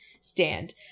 stand